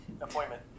appointment